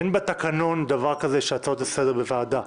אין בתקנון דבר כזה, הצעות לסדר בוועדה.